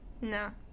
No